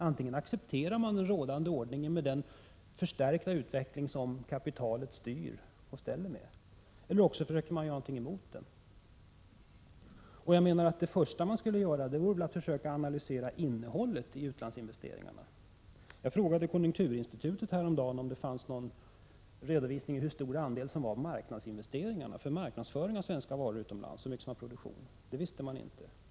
Antingen accepterar man den rådande ordningen med den förstärkta utveckling som innebär att kapitalet styr och ställer, eller också försöker man göra någonting emot denna ordning. Jag menar att det första man skulle göra vore att försöka analysera innehållet i utlandsinvesteringarna. Jag frågade häromdagen konjunkturinstitutet om det fanns någon redovisning av hur stor andel som var marknadsinvesteringar — för marknadsföring av svenska varor utomlands — och hur mycket som var investeringar för produktion. Det visste man inte.